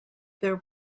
there